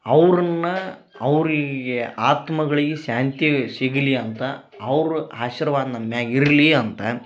ಅವರನ್ನ ಅವರಿಗೆ ಆತ್ಮಗಳಿಗೆ ಶಾಂತಿ ಸಿಗಲಿ ಅಂತ ಅವರು ಆಶಿರ್ವಾದ ನಮ್ಮ ಮ್ಯಾಗ ಇರಲಿ ಅಂತ